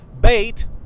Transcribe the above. bait